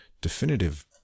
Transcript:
definitive